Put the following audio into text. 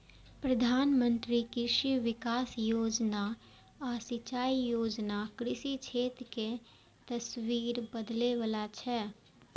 प्रधानमंत्री कृषि विकास योजना आ सिंचाई योजना कृषि क्षेत्र के तस्वीर बदलै बला छै